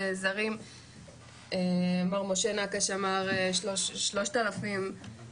מר משה נקש אמר שיש 3,000 עובדים זרים,